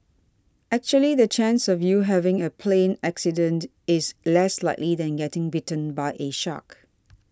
actually the chance of you having a plane accident is less likely than getting bitten by a shark